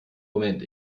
moment